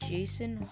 Jason